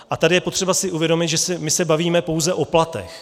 A tady je potřeba si uvědomit, že my se bavíme pouze o platech.